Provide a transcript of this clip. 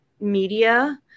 media